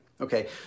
okay